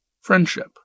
Friendship